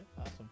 awesome